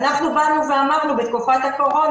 אנחנו באנו ואמרנו: בתקופת הקורונה,